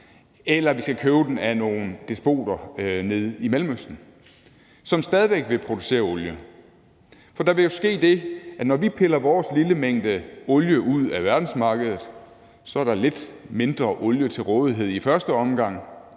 eller af nogle despoter nede i Mellemøsten, som stadig væk vil producere olie. For der vil jo ske det, at når vi piller vores lille mængde olie ud af verdensmarkedet, er der lidt mindre olie til rådighed i første omgang.